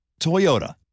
Toyota